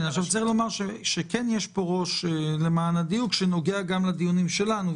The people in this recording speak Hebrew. כן יש כאן ראש שנוגע גם לדיונים שלנו,